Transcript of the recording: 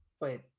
Wait